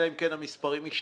אלא אם כן המספרים השתנו.